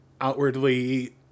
outwardly